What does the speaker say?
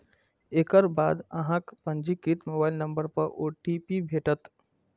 एकर बाद अहांक पंजीकृत मोबाइल नंबर पर ओ.टी.पी भेटत